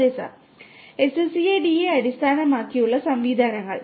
അതെ sir SCADA അടിസ്ഥാനമാക്കിയുള്ള സംവിധാനങ്ങൾ